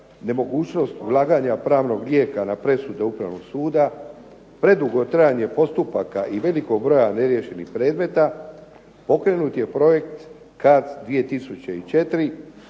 nemogućnost ulaganja pravnog lijeka na presude Upravnog suda, predugo trajanje postupaka i velikog broja neriješenih predmeta pokrenut je projekt CARDS 2004.